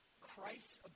Christ